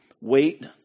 wait